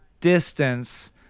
distance